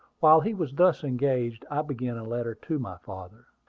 while he was thus engaged, i began a letter to my father.